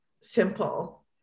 simple